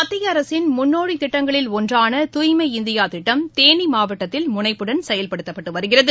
மத்தியஅரசின் முன்னோடிதிட்டங்களில் ஒன்றான தூய்மை இந்தியாதிட்டம் தேனிமாவட்டத்தில் முனைப்புடன் செயல்படுத்தப்பட்டுவருகிறது